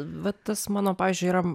va tas mano pavyzdžiui yra